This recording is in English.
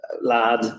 lad